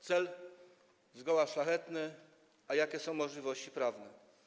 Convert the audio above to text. Cel jest zgoła szlachetny, ale jakie są możliwości prawne?